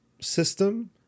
system